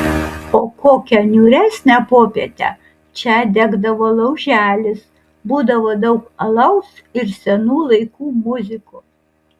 o kokią niūresnę popietę čia degdavo lauželis būdavo daug alaus ir senų laikų muzikos